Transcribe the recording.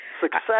Success